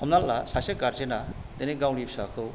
हमनान ला सासे गारजेना दिनै गावनि फिसाखौ